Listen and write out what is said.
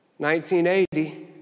1980